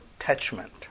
attachment